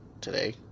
today